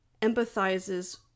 empathizes